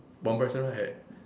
one person right